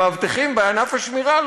המאבטחים בענף השמירה,